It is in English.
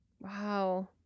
Wow